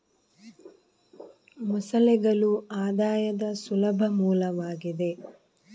ಮೊಸಳೆಗಳು ಆದಾಯದ ಸುಲಭ ಮೂಲವಾಗಿದೆ